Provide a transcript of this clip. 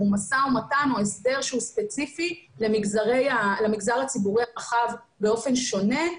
משא ומתן או הסדר שהוא ספציפי למגזר הציבורי הרחב באופן שונה.